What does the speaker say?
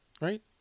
right